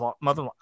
mother